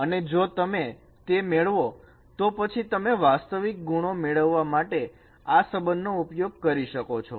અને જો તમે તે મેળવો તો પછી તમે વાસ્તવિક ગુણો મેળવવા માટે આ સંબંધ નો ઉપયોગ કરી શકો છો